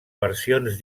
versions